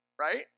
right